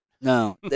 No